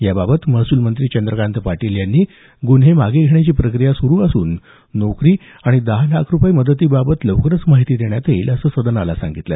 याबाबत महसूल मंत्री चंद्रकात पाटील यांनी गुन्हे मागे घेण्याची प्रकिया सुरू असून नोकरी आणि दहा लाख रुपये मदतीबाबतचा लवकरच माहिती देण्यात येईल असं सदनाला सांगितलं